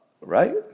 Right